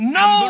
no